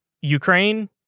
Ukraine